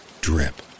drip